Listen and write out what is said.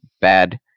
Bad